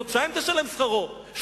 אז בחודשו תשלם שכרו,